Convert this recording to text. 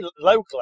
locally